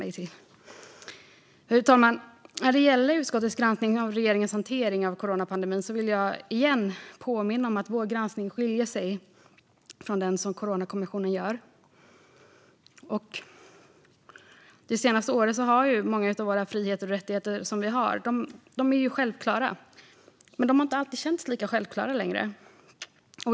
Fru talman! När det gäller utskottets granskning av regeringens hantering av coronapandemin vill jag igen påminna om att vår granskning skiljer sig från den som Coronakommissionen gör. Våra fri och rättigheter är ju självklara. Men det senaste året har många av dem inte längre känts lika självklara.